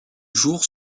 jour